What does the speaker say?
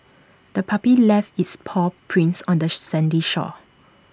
the puppy left its paw prints on the sandy shore